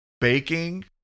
baking